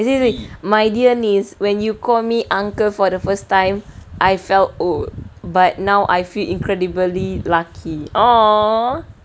you see you see my dear niece when you call me uncle for the first time I felt old but now I feel incredibly lucky !aww!